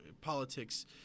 politics –